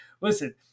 listen